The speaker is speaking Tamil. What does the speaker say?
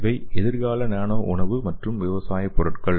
இவை எதிர்கால நானோ உணவு மற்றும் விவசாய பொருட்கள்